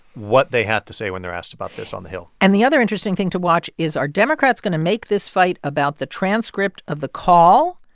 what they have to say when they're asked about this on the hill and the other interesting thing to watch is are democrats going to make this fight about the transcript of the call?